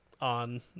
on